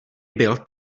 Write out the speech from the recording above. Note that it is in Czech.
byl